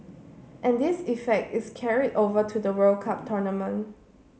and this effect is carried over to the World Cup tournament